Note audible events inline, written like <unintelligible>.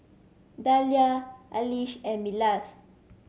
Dalia <unintelligible> and Milas